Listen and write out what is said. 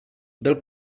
byl